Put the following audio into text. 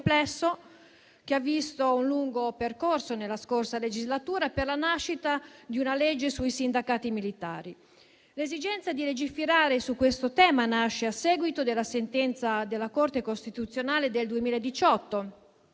complesso che ha visto un lungo percorso nella scorsa legislatura per la nascita di una legge sui sindacati militari. L'esigenza di legiferare su questo tema nasce a seguito della sentenza della Corte costituzionale del 2018,